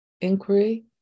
inquiry